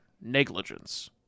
negligence